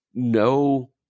No